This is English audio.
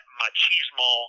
machismo